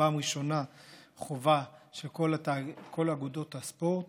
פעם ראשונה חובה שכל אגודות הספורט